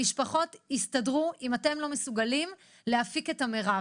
המשפחות יסתדרו אם אתם לא מסוגלים להפיק את המירב.